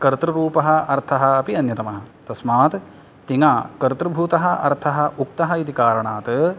कर्तृरूपः अर्थः अपि अन्यतमः तस्मात् तिङ् कर्तृभूतः अर्थः उक्तः इति कारणात्